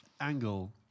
angle